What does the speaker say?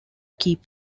keep